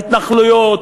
על ההתנחלויות,